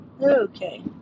okay